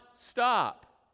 stop